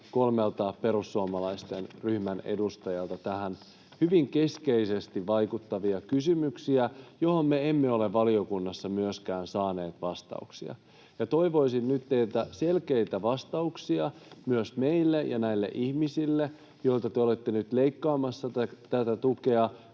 kolmelta perussuomalaisten ryhmän edustajalta tähän hyvin keskeisesti vaikuttavia kysymyksiä, joihin me emme ole valiokunnassa myöskään saaneet vastauksia. Toivoisin nyt teiltä selkeitä vastauksia meille ja myös näille ihmisille, joilta te olette nyt leikkaamassa tätä tukea,